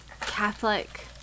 Catholic